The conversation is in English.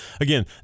again